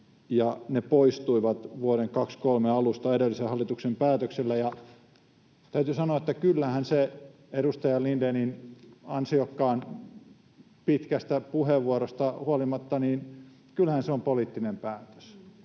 se poistui vuoden 23 alusta edellisen hallituksen päätöksellä. Ja täytyy sanoa, että kyllähän — edustaja Lindénin ansiokkaan pitkästä puheenvuorosta huolimatta — se on poliittinen päätös.